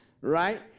right